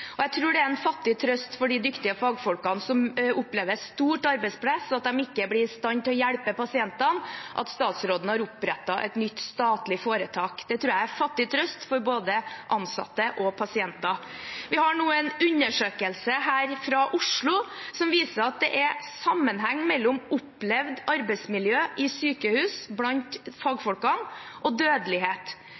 Jeg tror det er en fattig trøst for de dyktige fagfolkene, som opplever stort arbeidspress og at de ikke er i stand til å hjelpe pasientene, at statsråden har opprettet et nytt statlig foretak. Det tror jeg er en fattig trøst for både ansatte og pasienter. Vi har nå en undersøkelse fra Oslo som viser at det er sammenheng mellom opplevd arbeidsmiljø i sykehus blant fagfolkene og dødelighet.